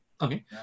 Okay